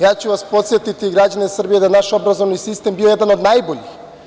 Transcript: Ja ću vas podsetiti, građani Srbije, da je naš obrazovni sistem bio jedan od najboljih.